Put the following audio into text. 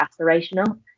aspirational